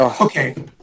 Okay